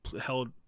Held